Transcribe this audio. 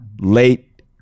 late